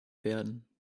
werden